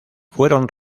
fueron